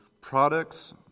products